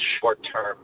short-term